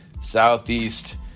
Southeast